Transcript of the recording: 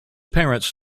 parents